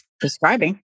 describing